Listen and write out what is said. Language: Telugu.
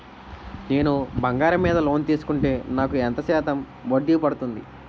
నేను బంగారం మీద లోన్ తీసుకుంటే నాకు ఎంత శాతం వడ్డీ పడుతుంది?